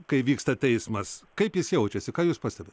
kai vyksta teismas kaip jis jaučiasi ką jūs pastebit